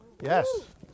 yes